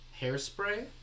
Hairspray